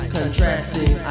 Contrasting